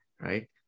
right